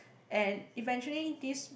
and eventually these